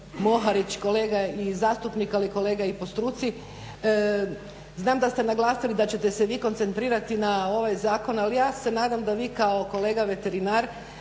Moharić kolega i zastupnik, ali kolega i po struci znam da ste naglasili da ćete se vi koncentrirati na ovaj zakon ali ja se nadam da vi kao kolega veterinar